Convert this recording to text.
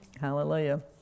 Hallelujah